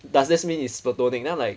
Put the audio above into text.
does that's mean it's plantonic then I'm like